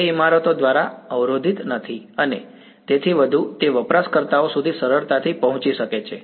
તેથી તે ઇમારતો દ્વારા અવરોધિત નથી અને તેથી વધુ તે વપરાશકર્તાઓ સુધી સરળતાથી પહોંચી શકે છે